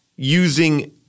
using